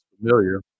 familiar